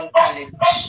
college